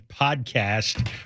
podcast